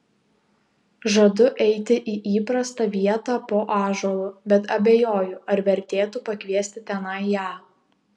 žadu eiti į įprastą vietą po ąžuolu bet abejoju ar vertėtų pakviesti tenai ją